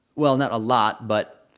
well, not a lot but,